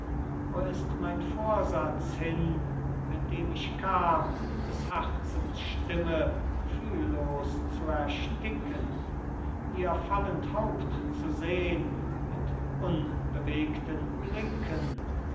wo ist mein vorsatz hin mit dem ich kam des herzens stimme fühllos zu ersticken ihr fallend haupt zu sehn mit unbewegten blicken